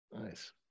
Nice